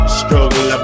struggle